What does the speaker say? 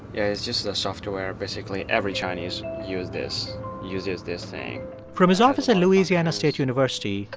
yeah it's just software. basically, every chinese used this uses this thing from his office at louisiana state university,